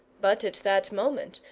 but at that moment,